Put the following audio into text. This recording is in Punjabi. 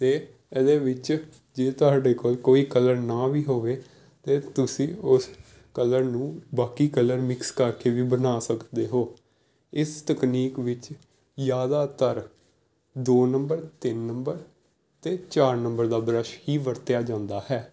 ਅਤੇ ਇਹਦੇ ਵਿੱਚ ਜੇ ਤੁਹਾਡੇ ਕੋਲ ਕੋਈ ਕਲਰ ਨਾ ਵੀ ਹੋਵੇ ਤਾਂ ਤੁਸੀਂ ਉਸ ਕਲਰ ਨੂੰ ਬਾਕੀ ਕਲਰ ਮਿਕਸ ਕਰਕੇ ਵੀ ਬਣਾ ਸਕਦੇ ਹੋ ਇਸ ਤਕਨੀਕ ਵਿੱਚ ਜ਼ਿਆਦਾਤਰ ਦੋ ਨੰਬਰ ਤਿੰਨ ਨੰਬਰ ਅਤੇ ਚਾਰ ਨੰਬਰ ਦਾ ਬਰੱਸ਼ ਹੀ ਵਰਤਿਆ ਜਾਂਦਾ ਹੈ